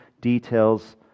details